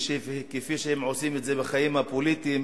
כפי שהם עושים את זה בחיים הפוליטיים,